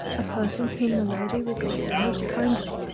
a person whom the lady regards most kindly,